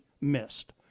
missed